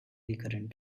recurrent